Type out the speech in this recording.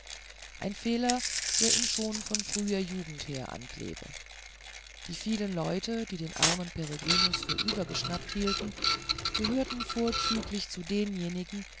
ein fehler der ihm schon von früher jugend her anklebe die vielen leute die den armen peregrinus für übergeschnappt hielten gehörten vorzüglich zu denjenigen